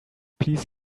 please